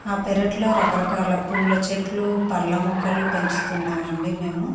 ఆ పెరట్లో రకరకాల పూల చెట్లు పళ్ళ మొక్కలు పెంచుతున్నాం అండి మేము